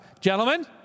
Gentlemen